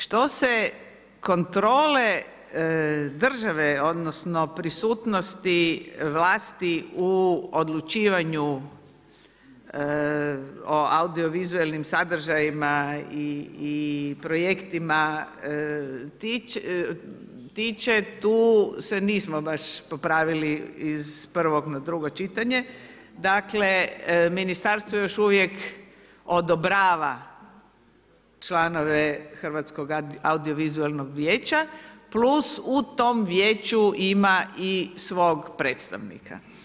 Što se kontrole države odnosno prisutnosti vlasti u odlučivanju o audio-vizualnim sadržajima i projektima tiče, tu se nismo baš popravili iz prvog na drugo čitanje, dakle Ministarstvo još uvijek odobrava članove Hrvatskoga audio-vizualnog vijeća plus u tom vijeću ima i svog predstavnika.